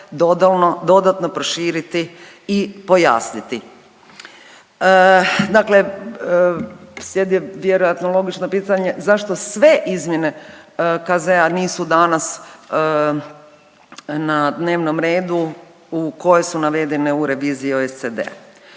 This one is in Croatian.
dodatno proširiti i pojasniti. Dakle, slijedi vjerojatno logično pitanje zašto sve izmjene KZ-a nisu danas na dnevnom redu koje su navedene u reviziji OECD-a.